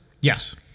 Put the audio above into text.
Yes